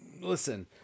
Listen